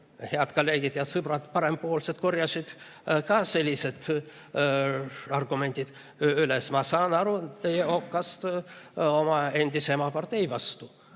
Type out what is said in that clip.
head kolleegid ja sõbrad parempoolsed korjasid ka sellised argumendid üles. Ma saan aru teie okkast oma endise emapartei vastu,